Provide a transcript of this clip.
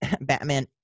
Batman